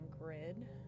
grid